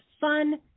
fun